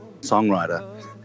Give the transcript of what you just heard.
songwriter